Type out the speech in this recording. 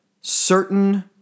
certain